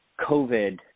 covid